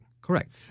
Correct